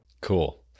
Cool